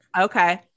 Okay